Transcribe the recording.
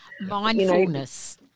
Mindfulness